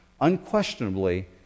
Unquestionably